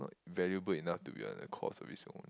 not valuable enough to be on the course